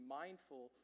mindful